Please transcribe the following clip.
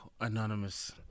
Anonymous